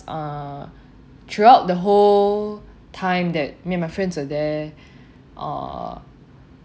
uh throughout the whole time that me and my friends are there orh